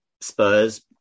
Spurs